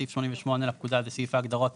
סעיף 88 לפקודה זה סעיף ההגדרות